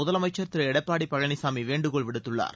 முதலமைச்சர் திரு எடப்பாடி பழனிசாமி வேண்டுகோள் விடுத்துள்ளார்